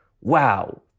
wow